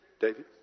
David